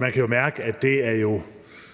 Man kan jo mærke, at det er noget,